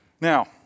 Now